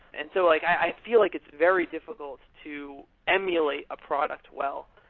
and so like i feel like it's very difficult to emulate a product well,